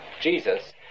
Jesus